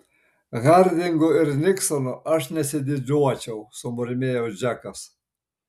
hardingu ir niksonu aš nesididžiuočiau sumurmėjo džekas